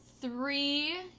three